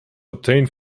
obtained